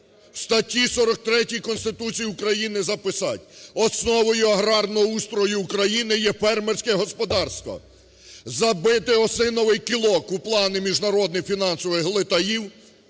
В статті 43 Конституції України записать: "Основою аграрного устрою України є фермерське господарство". Забити осиновий кілок у плани міжнародних фінансових глитаїв,